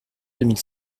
mille